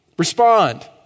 Respond